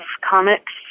comics